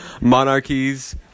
monarchies